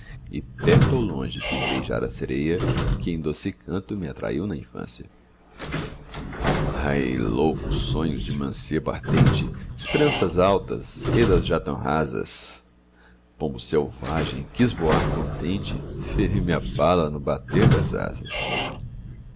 e perto ou longe quis beijar a sreia que em doce canto me atraiu na infância ai loucos sonhos de mancebo ardente espranças altas ei las já tão rasas pombo selvagem quis voar contente feriu me a bala no bater das asas